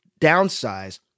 Downsize